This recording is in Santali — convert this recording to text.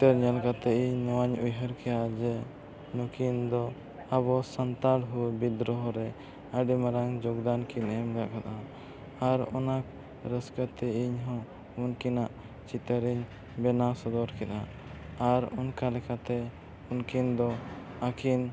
ᱪᱤᱛᱟᱹᱨ ᱧᱮᱞ ᱠᱟᱛᱮᱫ ᱤᱧ ᱱᱚᱣᱟᱧ ᱩᱭᱦᱟᱹᱨ ᱠᱮᱫᱟ ᱡᱮ ᱱᱩᱠᱤᱱ ᱫᱚ ᱟᱵᱚ ᱥᱟᱱᱛᱟᱲ ᱦᱩᱞ ᱵᱤᱫᱽᱫᱨᱳᱦᱚ ᱨᱮ ᱟᱹᱰᱤ ᱢᱟᱨᱟᱝ ᱡᱳᱜᱽᱫᱟᱱ ᱠᱤᱱ ᱮᱢ ᱞᱮᱫᱼᱟ ᱟᱨ ᱚᱱᱟ ᱨᱟᱹᱥᱠᱟᱹᱛᱮ ᱤᱧᱦᱚᱸ ᱩᱱᱠᱤᱱᱟᱜ ᱪᱤᱛᱟᱹᱨᱤᱧ ᱵᱮᱱᱟᱣ ᱥᱚᱫᱚᱨ ᱠᱮᱫᱟ ᱟᱨ ᱚᱱᱠᱟ ᱞᱮᱠᱟᱛᱮ ᱩᱱᱠᱤᱱ ᱫᱚ ᱟᱹᱠᱤᱱ